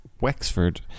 Wexford